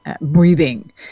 breathing